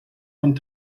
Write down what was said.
von